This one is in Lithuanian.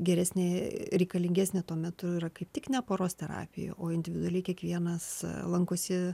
geresnė reikalingesnė tuo metu yra kaip tik ne poros terapija o individuali kiekvienas lankosi